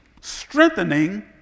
strengthening